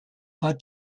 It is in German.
hat